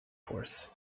force